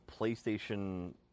PlayStation